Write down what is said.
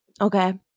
Okay